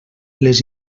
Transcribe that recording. les